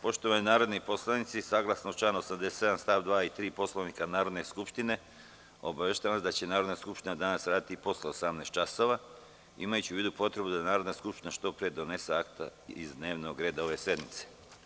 Poštovani narodni poslanici, saglasno članu 87. stavovi 2. i 3. Poslovnika Narodne skupštine, obaveštavam vas da će Narodna skupština danas raditi i posle 18,00 časova, imajući u vidu potrebu da Narodna skupština što pre donese akta iz dnevnog reda ove sednice.